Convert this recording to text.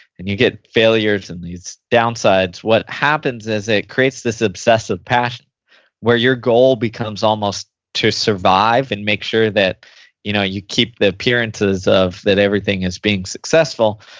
and you get failures and these downsides, what happens is it creates this obsessive passion where you goal becomes almost to survive and make sure that you know you keep the appearances of that everything is being successful,